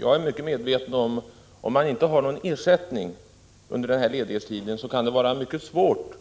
Jag är medveten om att det kan vara mycket svårt